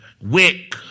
wick